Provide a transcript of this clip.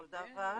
מולדובה.